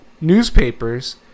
newspapers